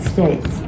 States